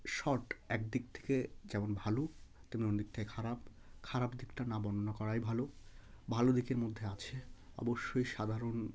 short একদিক থেকে যেমন ভালো তেমন অন্য দিক থেকে খারাপ খারাপ দিকটা না বর্ণনা করাই ভালো ভালো দিকের মধ্যে আছে অবশ্যই সাধারণ